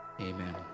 Amen